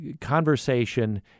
conversation